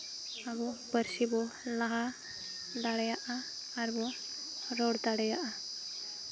ᱟᱵᱚ ᱯᱟᱹᱨᱥᱤ ᱵᱚ ᱞᱟᱦᱟ ᱫᱟᱲᱮᱭᱟᱜᱼᱟ ᱟᱨ ᱵᱚ ᱨᱚᱲ ᱫᱟᱲᱮᱭᱟᱜᱼᱟ